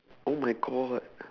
oh my god